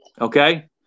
Okay